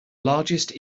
largest